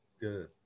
Good